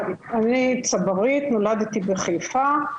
אני צברית, נולדתי בחיפה,